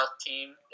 team